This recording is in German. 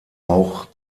auch